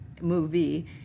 movie